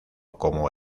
como